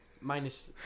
minus